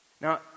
Now